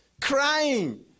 Crying